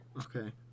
Okay